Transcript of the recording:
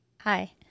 Hi